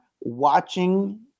watching